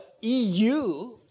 EU